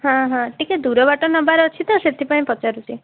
ହଁ ହଁ ଟିକେ ଦୂର ବାଟ ନେବାର ଅଛି ତ ସେଥିପାଇଁ ପଚାରୁଛି